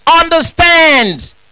understand